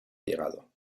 llegado